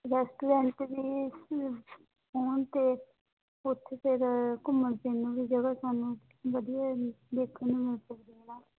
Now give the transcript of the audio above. restaurant ਵੀ ਪਹੁੰਚ ਕੇ ਉੱਥੇ ਫਿਰ ਘੁੰਮਣ ਫਿਰਨ ਨੂੰ ਵੀ ਜਗ੍ਹਾ ਸਾਨੂੰ ਵਧੀਆ ਦੇਖਣ ਵਾਸਤੇ